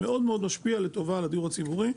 שמשפיע מאוד לטובה על הדיור הציבורי,